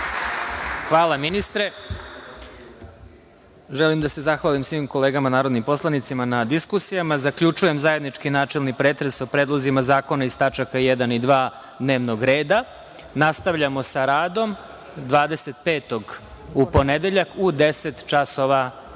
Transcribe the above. Hvala ministre. Želim da se zahvalim svim kolegama narodnim poslanicima na diskusijama. Zaključujem zajednički načelni pretres o predlozima zakona iz tač. 1. i 2. dnevnog reda. Nastavljamo sa radom 25, u ponedeljak, u 10.00